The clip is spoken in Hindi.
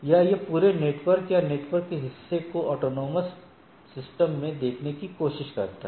या यह पूरे नेटवर्क या नेटवर्क के हिस्से को स्वायत्त प्रणालियों में देखने की कोशिश करता है